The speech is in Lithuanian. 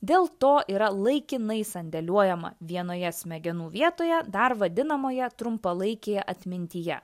dėl to yra laikinai sandėliuojama vienoje smegenų vietoje dar vadinamoje trumpalaikėje atmintyje